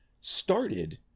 started